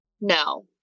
No